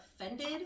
offended